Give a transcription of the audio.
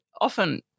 often